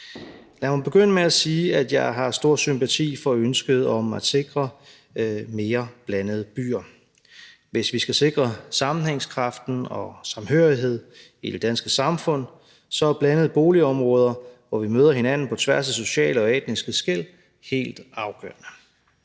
Lad mig begynde med at sige, at jeg har stor sympati for ønsket om at sikre mere blandede byer. Hvis vi skal sikre sammenhængskraft og samhørighed i det danske samfund, er blandede boligområder, hvor vi møder hinanden på tværs af sociale og etniske skel, helt afgørende.